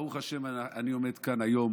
ברוך השם, אני עומד כאן היום